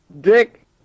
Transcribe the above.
dick